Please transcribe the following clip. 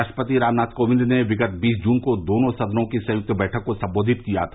राष्ट्रपति राम नाथ कोविंद ने विगत बीस जून को दोनों सदनों की संयुक्त बैठक को संबोधित किया था